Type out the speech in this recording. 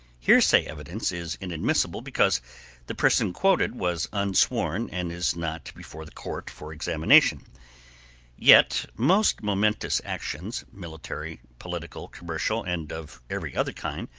hearsay evidence is inadmissible because the person quoted was unsworn and is not before the court for examination yet most momentous actions, military, political, commercial and of every other kind,